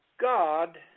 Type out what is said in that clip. God